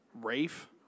Rafe